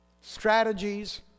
strategies